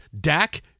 Dak